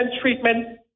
treatment